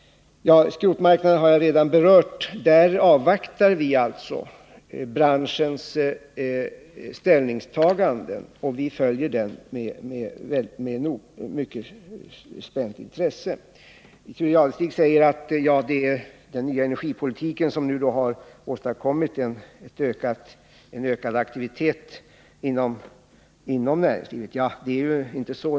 Skrotmarknaden har jag redan berört. Här avvaktar vi alltså branschens ställingstagande och följer frågan med spänt intresse. Thure Jadestig sade att den nya energipolitiken har åstadkommit en ökning av aktiviteten inom näringslivet. Så förhåller det sig inte.